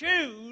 choose